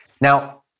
Now